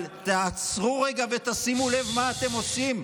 אבל תעצרו רגע ותשימו לב מה אתם עושים.